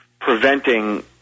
preventing